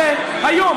צא היום,